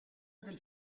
del